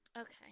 Okay